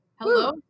Hello